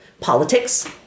politics